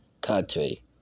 country